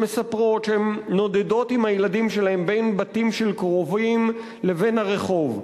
שמספרות שהן נודדות עם הילדים שלהן בין בתים של קרובים לבין הרחוב.